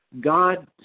God